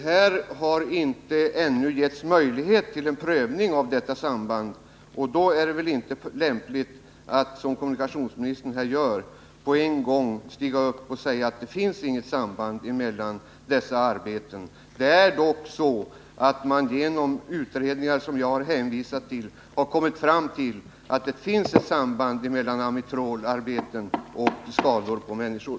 Här har ännu inte givits möjlighet till en prövning av detta samband, och då är det väl inte lämpligt av kommunikationsministern att här påstå att det inte finns något sådant samband. I utredningar som jag har hänvisat till har man dock kommit fram till att det finns ett samband mellan arbete med amitrol och skador på människor.